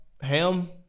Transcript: Ham